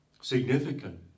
significant